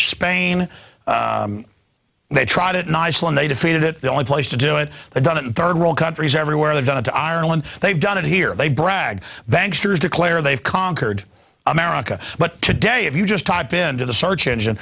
spain they tried it in iceland they defeated it the only place to do it the done in third world countries everywhere they're going to ireland they've done it here they brag banks declare they've conquered america but today if you just type into the search engine